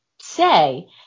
say